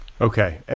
Okay